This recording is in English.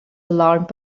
alarmed